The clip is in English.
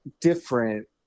different